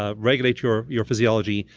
ah regulate your your physiology,